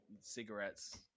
cigarettes